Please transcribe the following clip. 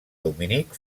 dominic